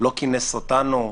לא כינס אותנו.